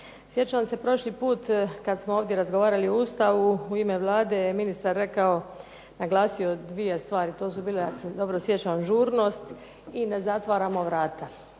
Sjećam se prošli put kada smo ovdje razgovarali o Ustavu, u ime Vlade je ministar naglasio dvije stvari, to su bile ažurnost i ne zatvaramo vrata.